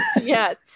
Yes